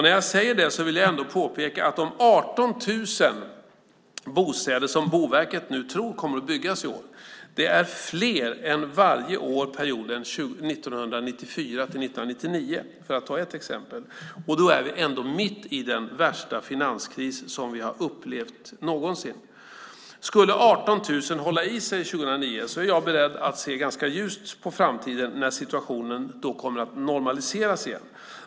När jag säger det vill jag ändå påpeka att de 18 000 bostäder som Boverket nu tror kommer att byggas i år är fler än de som byggdes varje år under perioden 1994-1999, för att ta ett exempel. Då är det ändå mitt i den värsta finanskris som vi har upplevt någonsin. Skulle 18 000 hålla i sig 2009 är jag beredd att se ganska ljust på framtiden när situationen kommer att normaliseras igen.